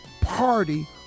party